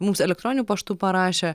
mums elektroniniu paštu parašė